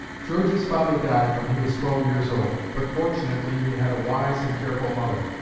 george's father died when he was twelve years old, but, fortunately, he had a wise and careful mother.